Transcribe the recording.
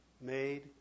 Made